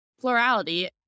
plurality